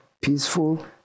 peaceful